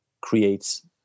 creates